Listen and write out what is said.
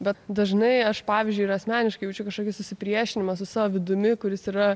bet dažnai aš pavyzdžiui ir asmeniškai jaučiu kažkokį susipriešinimą su savo vidumi kuris yra